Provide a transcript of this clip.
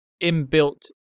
inbuilt